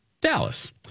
Dallas